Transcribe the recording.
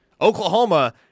Oklahoma